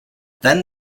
then